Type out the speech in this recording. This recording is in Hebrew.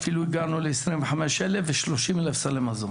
אפילו הגענו ל-25 אלף ו-30 אלף סלי מזון